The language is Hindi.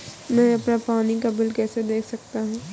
मैं अपना पानी का बिल कैसे देख सकता हूँ?